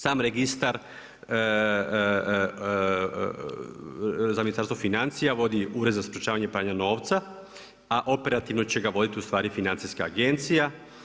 Sam registar za Ministarstvo financija vodi Ured za sprečavanje pranja novca a operativno će ga voditi ustvari financijska agencija.